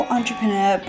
Entrepreneur